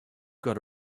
got